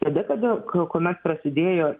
tada kada kuomet prasidėjo